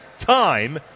time